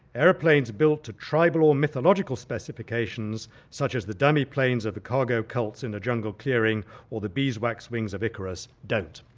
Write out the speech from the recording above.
airplanes built to tribal or mythological specifications such as the dummy planes of the cargo cults in jungle clearings or the bees-waxed wings of icarus don't.